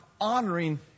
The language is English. honoring